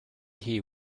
here